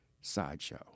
Sideshow